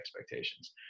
expectations